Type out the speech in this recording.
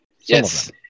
Yes